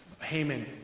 Haman